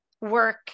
work